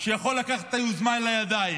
שהוא יכול לקחת את היוזמה לידיים.